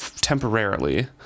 temporarily